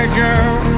girl